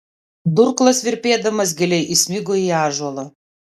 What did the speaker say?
durklas virpėdamas giliai įsmigo į ąžuolą